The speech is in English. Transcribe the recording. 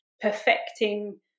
perfecting